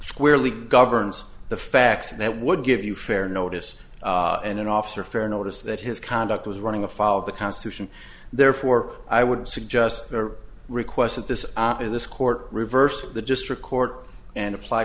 squarely governs the facts that would give you fair notice and an officer fair notice that his conduct was running afoul of the constitution therefore i would suggest their request at this this court reversed the district court and apply